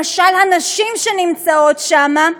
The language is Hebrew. למשל הנשים שנמצאות שם,